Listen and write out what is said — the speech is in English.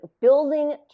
building